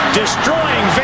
destroying